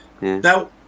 Now